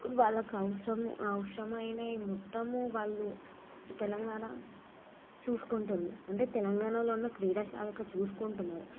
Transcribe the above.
వాళ్ళకి అవసరమైన అవసరమైనవి మొత్తము వాళ్ళు తెలంగాణ చూసుకుంటుంది అంటే తెలంగాణలో ఉన్న క్రీడాశాఖ చూస్కుంటున్నారు